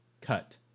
Cut